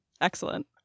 excellent